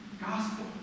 gospel